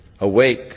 Awake